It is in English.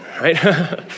right